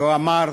ואמר: